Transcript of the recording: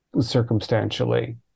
circumstantially